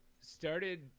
started